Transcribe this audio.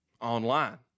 online